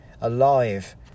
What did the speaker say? alive